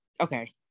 okay